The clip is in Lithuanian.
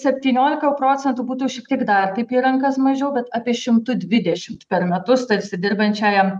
septyniolika procentų būtų šiek tiek dar taip į rankas mažiau bet apie šimtu dvidešimt per metus tarsi dirbančiajam